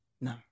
No